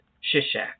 Shishak